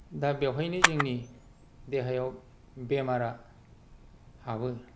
दा बेवहायनो जोंनि देहायाव बेमारा हाबो